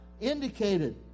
indicated